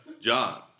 John